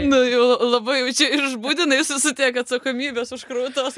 nu jau labai jau čia ir išbudinai su su tiek atsakomybės užkrautos